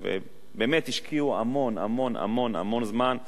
באמת השקיעו המון-המון זמן, א.